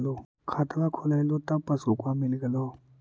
खतवा खोलैलहो तव पसबुकवा मिल गेलो?